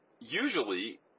usually